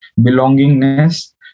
belongingness